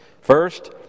First